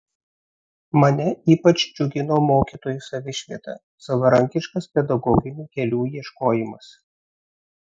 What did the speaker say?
mane ypač džiugino mokytojų savišvieta savarankiškas pedagoginių kelių ieškojimas